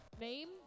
Name